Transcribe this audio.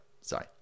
Sorry